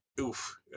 oof